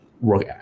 work